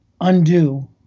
undo